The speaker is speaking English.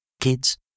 Kids